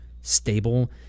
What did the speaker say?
stable